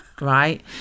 right